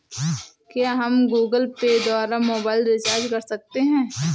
क्या हम Google Pay द्वारा मोबाइल रिचार्ज कर सकते हैं?